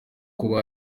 kuba